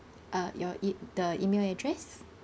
uh your e~ the email address